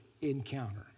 encounter